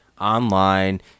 online